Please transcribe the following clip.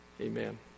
Amen